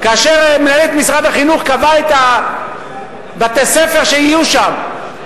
כאשר מנהלת משרד החינוך קבעה את בתי-הספר שיהיו שם,